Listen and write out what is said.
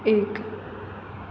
એક